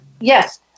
Yes